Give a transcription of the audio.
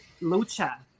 Lucha